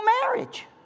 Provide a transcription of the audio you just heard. marriage